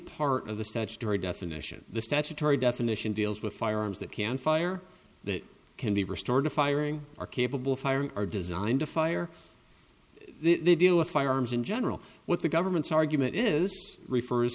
part of the statutory definition the statutory definition deals with firearms that can fire that can be restored to firing are capable of firing are designed to fire they deal with firearms in general what the government's argument is refer